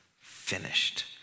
finished